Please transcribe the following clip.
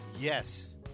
Yes